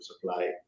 supply